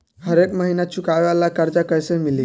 हरेक महिना चुकावे वाला कर्जा कैसे मिली?